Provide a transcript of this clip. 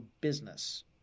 business